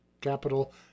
capital